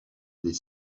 des